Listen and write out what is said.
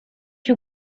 you